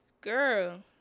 girl